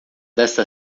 desta